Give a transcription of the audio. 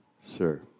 Sir